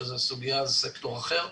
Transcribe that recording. שזה סקטור אחר.